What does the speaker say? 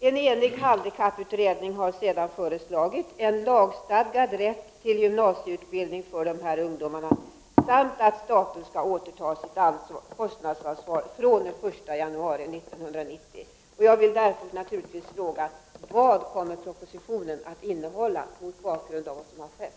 En enig handikapputredning har sedan föreslagit en lagstadgad rätt till gymnasieutbildning för dessa ungdomar samt att staten skall återta sitt kostnadsansvar fr.o.m. den 1 januari 1990. Jag vill därför naturligtvis fråga: Vad kommer propositionen att innehålla — mot bakgrund av vad som har skett?